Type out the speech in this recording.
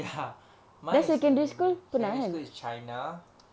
ya mine is secondary school is china